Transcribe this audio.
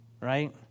right